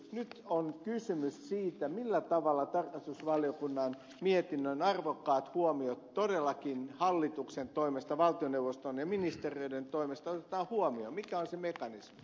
nyt on kysymys siitä millä tavalla tarkastusvaliokunnan mietinnön arvokkaat huomiot todellakin hallituksen toimesta valtioneuvoston ja ministeriöiden toimesta otetaan huomioon mikä on se mekanismi